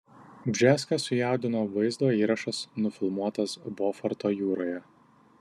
bžeską sujaudino vaizdo įrašas nufilmuotas boforto jūroje